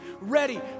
ready